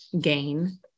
gain